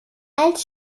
als